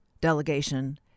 delegation